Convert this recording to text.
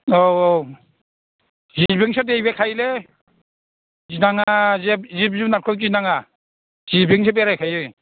औ औ जिपजोंसो दैबायखायोलै गिनाङा जिब जुनारखौ गिनाङा जिपजोंसो बेरायखायो